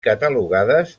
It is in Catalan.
catalogades